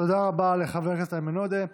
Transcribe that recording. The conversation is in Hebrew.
תודה רבה לחבר הכנסת איימן עודה.